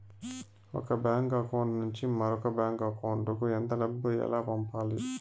ఒక bank account నుంచి మరొక బ్యాంకు అకౌంట్ కు ఎంత డబ్బు ఎలా పంపాలి